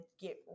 get